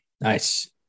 Nice